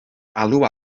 alw